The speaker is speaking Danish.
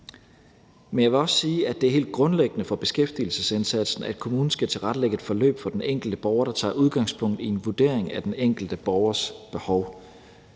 Men jeg vil også sige, at det er helt grundlæggende for beskæftigelsesindsatsen, at kommunen skal tilrettelægge et forløb for den enkelte borger, der tager udgangspunkt i en vurdering af den enkelte borgers behov,